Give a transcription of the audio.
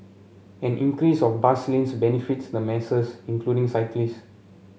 an increase of bus lanes benefits the masses including cyclist